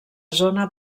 zona